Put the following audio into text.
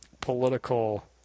political